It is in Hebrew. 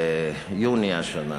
ביוני השנה.